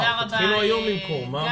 תודה רבה, גיא.